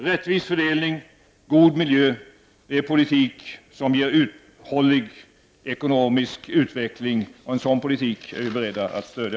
Rättvis fördelning och god miljö är politik som ger en uthållig ekonomisk utveckling, och en sådan politik är vi beredda att stödja.